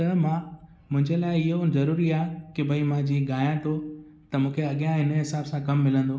त मां मुंहिंजे लाइ इहो ज़रूरी आहे की भाई मां जीअं ॻाया तो त मूंखे अॻियां हिन जे हिसाब सां कमु मिलंदो